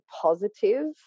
positive